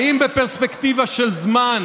האם בפרספקטיבה של זמן